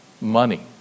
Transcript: money